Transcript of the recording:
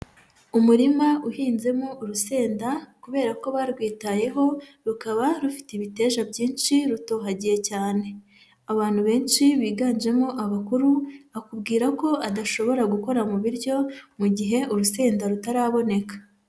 Umurima uhinzemo urusenda, kubera ko barwitayeho, rukaba rufite ibitesha byinshi rutohagiye cyane. Abantu benshi biganjemo abakuru, akubwira ko adashobora gukora mu biryo, mu gihe urusenda rutaraboneka.